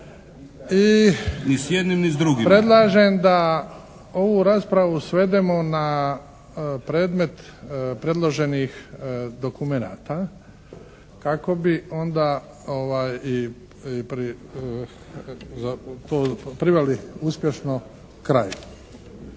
… predlažem da ovu raspravu svedemo na predmet predloženih dokumenata kako bi onda i to priveli uspješno kraju.